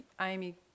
Amy